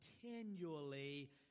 continually